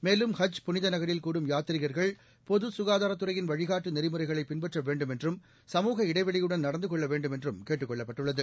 மேலும் ஹஜ் புனித நகரில் கூடும் யாத்ரிகர்கள் பொது சுகாதாரத் துறையின் வழிகாட்டு நெறிமுறைகளை பின்பற்ற வேண்டும் என்றும் சமூக இடைவெளியுடன் நடந்து கொள்ள வேண்டும் என்றும் கேட்டுக் கொள்ளப்பட்டுள்ளது